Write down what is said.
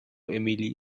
emily